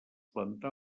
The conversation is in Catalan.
plantar